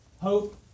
hope